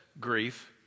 grief